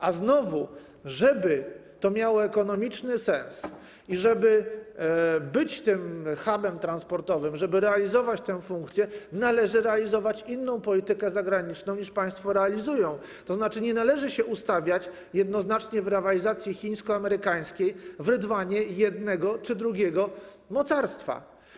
A żeby znowu to miało ekonomiczny sens i żeby być tym hubem transportowym, żeby realizować tę funkcję, należy realizować inną politykę zagraniczną, niż państwo realizują, tzn. nie należy ustawiać się jednoznacznie w rywalizacji chińsko-amerykańskiej w rydwanie jednego czy drugiego mocarstwa.